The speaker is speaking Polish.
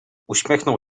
uśmiechnął